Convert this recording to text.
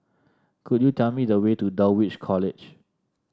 could you tell me the way to Dulwich College